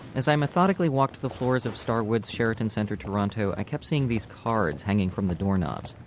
as i methodically walked the floors of starwood's sheraton centre toronto, i kept seeing these cards hanging from the doorknobs.